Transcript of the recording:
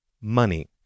Money